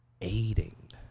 aiding